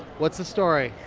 what's the story?